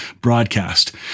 broadcast